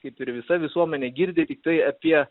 kaip ir visa visuomenė girdi tai apie